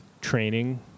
training